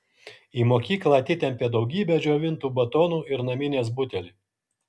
į mokyklą atitempė daugybę džiovintų batonų ir naminės butelį